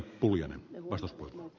arvoisa puhemies